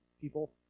people